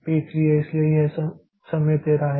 तो यह पी 3 है इसलिए यह समय 13 है